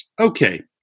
okay